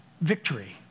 victory